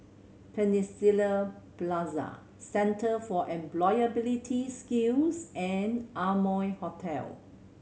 Peninsula Plaza Centre for Employability Skills and Amoy Hotel